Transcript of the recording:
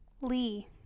Lee